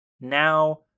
Now